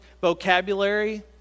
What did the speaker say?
vocabulary